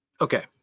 okay